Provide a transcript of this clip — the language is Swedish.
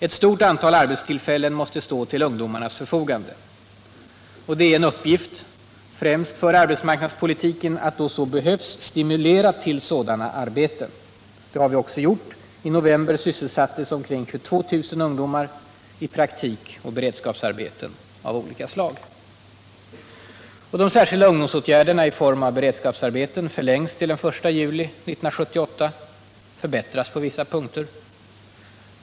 Ett stort antal arbetstillfällen måste stå till ungdomarnas förfogande. Det är en uppgift främst för arbetsmarknadspolitiken att då så behövs stimulera till sådana arbeten. Det har vi också gjort. I november sysselsattes ca 22 000 ungdomar i praktikoch beredskapsarbeten av olika slag. De särskilda ungdomsåtgärderna i form av beredskapsarbeten förlängs till den 1 juli 1978 och förbättras på vissa punkter.